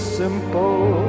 simple